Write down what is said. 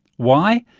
why?